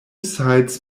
sides